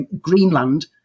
Greenland